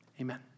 Amen